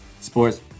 sports